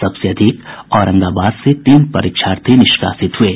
सबसे अधिक औरंगाबाद से तीन परीक्षार्थी निष्कासित हुये